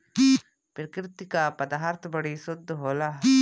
प्रकृति क पदार्थ बड़ी शुद्ध होला